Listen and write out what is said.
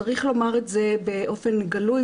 צריך לומר את זה באופן גלוי,